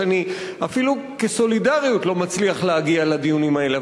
שאני אפילו כסולידריות לא מצליח להגיע לדיונים האלה.